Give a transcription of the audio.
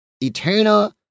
eternal